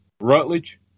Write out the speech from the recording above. Rutledge